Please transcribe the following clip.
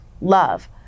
love